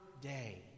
day